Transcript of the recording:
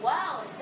Wow